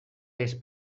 les